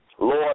Lord